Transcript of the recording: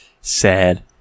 sad